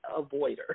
avoider